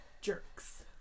jerks